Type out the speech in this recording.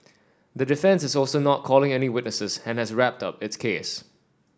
the defence is also not calling any witnesses and has wrapped up its case